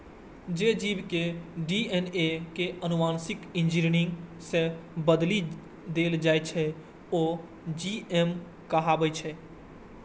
जे जीव के डी.एन.ए कें आनुवांशिक इंजीनियरिंग सं बदलि देल जाइ छै, ओ जी.एम कहाबै छै